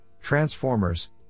transformers